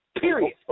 Period